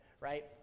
right